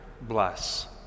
bless